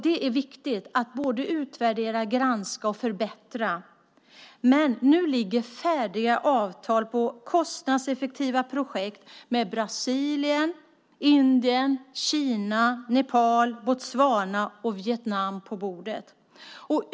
Det är viktigt att utvärdera, granska och förbättra, men nu ligger färdiga avtal på kostnadseffektiva projekt med Brasilien, Indien, Kina, Nepal, Botswana och Vietnam på bordet.